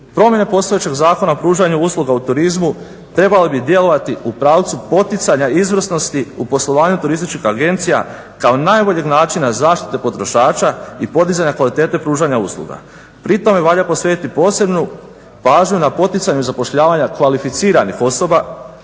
Promjene postojećeg zakona o pružanju usluga u turizmu trebale bi djelovati u pravcu poticanja izvrsnosti u poslovanju turističkih agencija kao najboljeg načina zaštite potrošača i podizanja kvalitete pružanja usluga. Pri tome valja posvetiti posebnu pažnju na poticanju zapošljavanja kvalificiranih osoba,